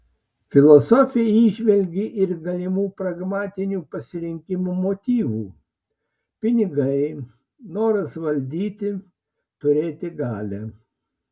filosofė įžvelgė ir galimų pragmatinių pasirinkimo motyvų pinigai noras valdyti turėti galią